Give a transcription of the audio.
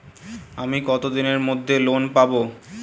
আমি কতদিনের মধ্যে লোন পাব?